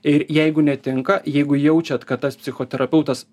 ir jeigu netinka jeigu jaučiat kad tas psichoterapeutas